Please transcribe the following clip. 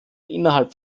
innerhalb